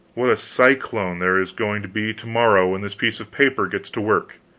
what a cyclone there is going to be to-morrow when this piece of paper gets to work.